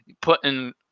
putting